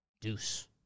Deuce